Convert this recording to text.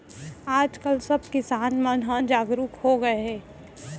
आज काल सब किसान मन ह जागरूक हो गए हे